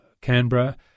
Canberra